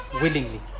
willingly